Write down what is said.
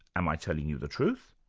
am i telling you the truth,